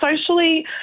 socially